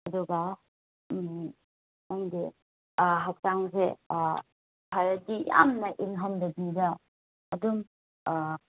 ꯑꯗꯨꯒ ꯅꯪꯒꯤ ꯍꯛꯆꯥꯡꯁꯦ ꯐꯔꯗꯤ ꯌꯥꯝꯅ ꯏꯪꯍꯟꯗꯕꯤꯗ ꯑꯗꯨꯝ